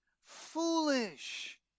foolish